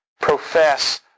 profess